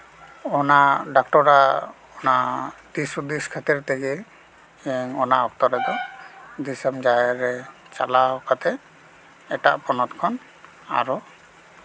ᱚᱱᱟ ᱰᱚᱠᱴᱚᱨᱟᱜ ᱚᱱᱟ ᱫᱤᱥ ᱦᱩᱫᱤᱥ ᱠᱷᱟᱹᱛᱤᱨ ᱛᱮᱜᱮ ᱤᱧ ᱚᱱᱟ ᱚᱠᱛᱚ ᱨᱮᱫᱚ ᱫᱤᱥᱚᱢ ᱡᱟᱦᱮᱨ ᱨᱮ ᱪᱟᱞᱟᱣ ᱠᱟᱛᱮ ᱮᱴᱟᱜ ᱯᱚᱱᱚᱛ ᱠᱷᱚᱱ ᱟᱨᱚ